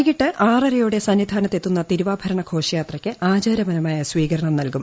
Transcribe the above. വൈകിട്ട് ആറരയോടെ സന്നിധാനത്ത് എത്തുന്ന തിരുവാഭരണ ഘോഷയാത്രയ്ക്ക് ആചാരപരമായ സ്വീകരണം നൽകും